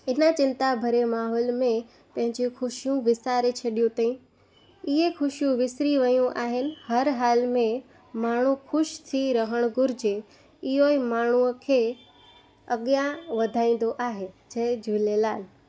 हिन चिंता भरे माहौल में पहिंजूं ख़ुशियूं विसारे छॾियूं अथई इहे ख़ुशियूं विसरी वियूं आहिनि हर हाल में माण्हू ख़ुशि थी रहण घुरिजे इयो ई माण्हूअ खे अॻिया वधाईंदो आहे जय झूलेलाल